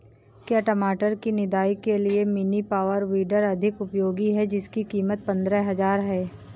क्या टमाटर की निदाई के लिए मिनी पावर वीडर अधिक उपयोगी है जिसकी कीमत पंद्रह हजार है?